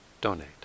donate